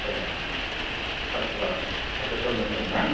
ऐ आथसा गामियावनो दं ना